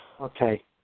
Okay